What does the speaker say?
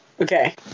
Okay